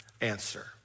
answer